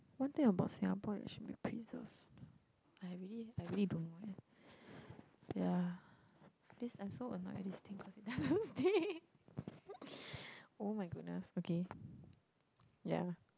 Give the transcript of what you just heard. one thing about Singapore that should be preserved I really I really don't know eh yeah please I'm so annoyed at this thing cause it doesn't stay [oh]-my-goodness okay yeah